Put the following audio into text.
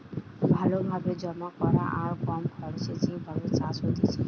ভালো ভাবে জমা করা আর কম খরচে যে ভাবে চাষ হতিছে